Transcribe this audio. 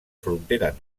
frontera